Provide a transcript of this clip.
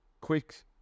Quick